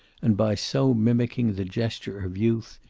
and by so mimicking the gesture of youth,